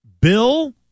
Bill